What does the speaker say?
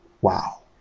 wow